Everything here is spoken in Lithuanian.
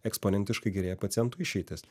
eksponentiškai gerėja pacientų išeitys